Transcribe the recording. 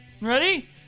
Ready